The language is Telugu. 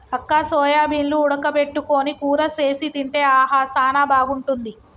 అక్క సోయాబీన్లు ఉడక పెట్టుకొని కూర సేసి తింటే ఆహా సానా బాగుంటుంది